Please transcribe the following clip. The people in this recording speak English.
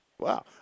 Wow